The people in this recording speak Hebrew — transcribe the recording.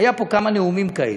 היו פה כמה נאומים כאלה.